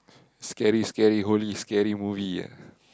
scary scary holy scary movie ah